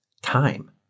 Time